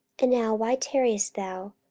and now why tarriest thou?